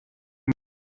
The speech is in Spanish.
más